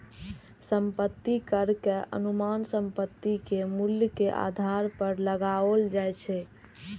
संपत्ति कर के अनुमान संपत्ति के मूल्य के आधार पर लगाओल जाइ छै